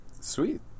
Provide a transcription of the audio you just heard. Sweet